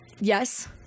Yes